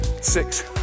six